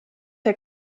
der